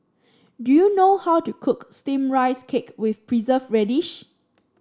do you know how to cook steamed Rice Cake with preserve radish